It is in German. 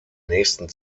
nächsten